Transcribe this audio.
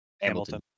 Hamilton